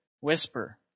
whisper